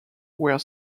were